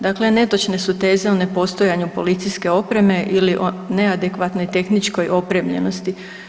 Dakle, netočne su teze o nepostojanju policijske opreme ili o neadekvatnoj tehničkoj opremljenosti.